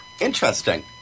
Interesting